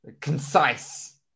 Concise